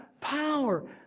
power